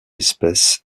espèce